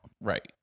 Right